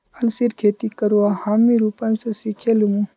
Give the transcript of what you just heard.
अलसीर खेती करवा हामी रूपन स सिखे लीमु